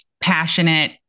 passionate